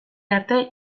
arte